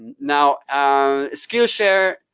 now um skillshare,